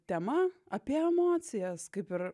tema apie emocijas kaip ir